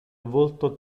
volto